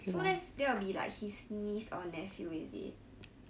so that's that'll be like his niece or nephew is it